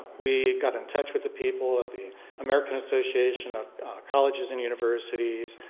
we got in touch with the people of the american association of colleges and universities,